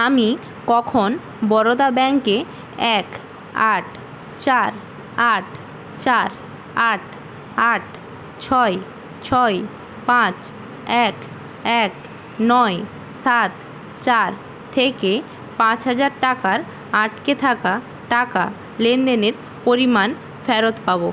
আমি কখন বরোদা ব্যাঙ্কে এক আট চার আট চার আট আট ছয় ছয় পাঁচ এক এক নয় সাত চার থেকে পাঁচ হাজার টাকার আটকে থাকা টাকা লেনদেনের পরিমাণ ফেরত পাবো